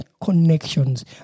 connections